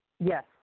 Yes